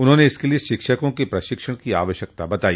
उन्होंने इसके लिये शिक्षकों के प्रशिक्षण की आवश्यकता बताई